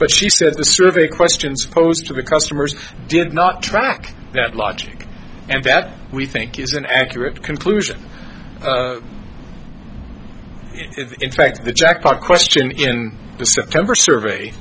but she said the survey questions posed to the customers did not track that logic and that we think is an accurate conclusion in fact the jackpot question in the september survey